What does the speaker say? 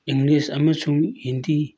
English ꯑꯃꯁꯨꯡ ꯍꯤꯟꯗꯤ